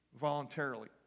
voluntarily